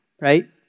right